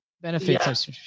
benefits